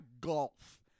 golf